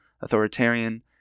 authoritarian